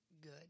good